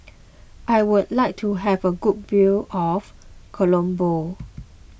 I would like to have a good view of Colombo